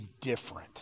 different